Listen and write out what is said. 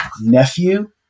nephew